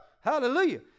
Hallelujah